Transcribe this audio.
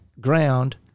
ground